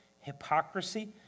hypocrisy